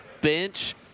bench